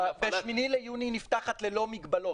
על הפעלת --- ב-8 ביוני היא נפתחת ללא מגבלות,